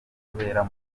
ubutabera